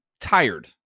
tired